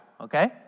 okay